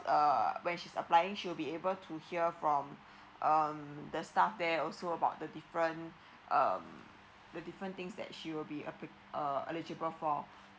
uh when she's applying should be able to hear from um the staff there also about the different um the different thing that she will be eli~ uh eligible for